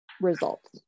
results